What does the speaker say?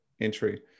entry